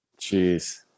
Jeez